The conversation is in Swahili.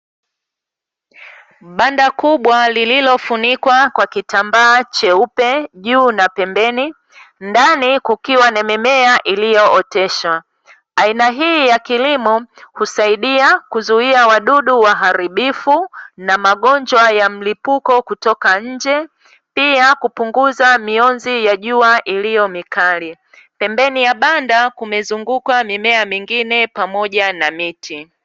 Banda kubwa lililofunikwa kwa kitambaa cheupe juu na pembeni, ndani kukiwa na mimea iliyooteshwa, aina hii ya kilimo husaidia kuzuia wadudu waharibifu na magonjwa ya mlipuko kutoka nje. Pia kupunguza mionzi ya jua iliyo mikali, pembeni ya banda kumezungukwa na mimea mingine pamoja na miti.